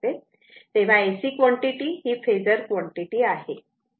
तेव्हा AC quantity ही phasor quantity आहे